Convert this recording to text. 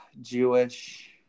Jewish